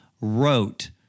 wrote